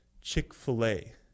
chick-fil-a